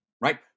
Right